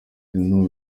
bimwe